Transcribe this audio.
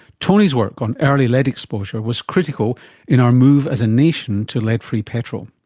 tony's work on early lead exposure was critical in our move as a nation to lead-free petrol.